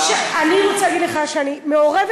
אני רוצה להגיד לך שאני מעורבת,